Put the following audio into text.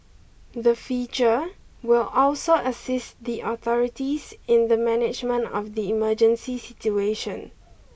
the feature will also assist the authorities in the management of the emergency situation